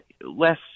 less